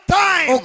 time